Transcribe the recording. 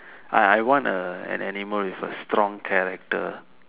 I I want a an animal with a strong character